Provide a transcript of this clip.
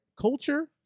culture